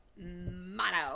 motto